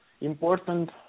important